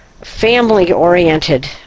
family-oriented